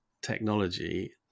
technology